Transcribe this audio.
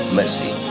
mercy